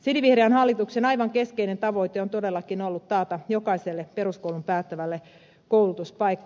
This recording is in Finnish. sinivihreän hallituksen aivan keskeinen tavoite on todellakin ollut taata jokaiselle peruskoulun päättävälle koulutuspaikka